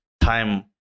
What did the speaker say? time